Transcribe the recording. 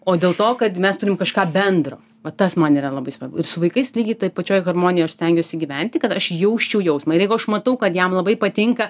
o dėl to kad mes turim kažką bendro vat tas man yra labai svarbu ir su vaikais lygiai toj pačioj harmonijoj aš stengiuosi gyventi kad aš jausčiau jausmą ir jeigu aš matau kad jam labai patinka